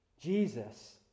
Jesus